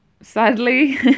sadly